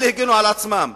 אלה הגנו על עצמם,